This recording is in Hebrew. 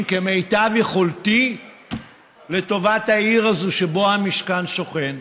כמיטב יכולתי לטובת העיר הזאת שבו המשכן שוכן.